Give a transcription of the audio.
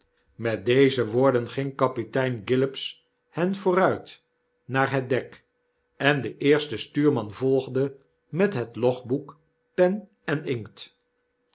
met deze woorden ging kapitein gillopshen vooruit naar het dek en de eerste stuurman volgde met het logboek pen en inkt